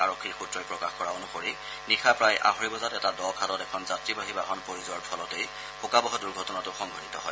আৰক্ষীৰ সূত্ৰই প্ৰকাশ কৰা অনুসৰি নিশা প্ৰায় আঢ়ৈ বজাত এটা দ খাদত এখন যাত্ৰীবাহী বাহন পৰি যোৱাৰ ফলতেই শোকাবহ দুৰ্ঘটনাটো সংঘটিত হয়